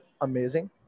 amazing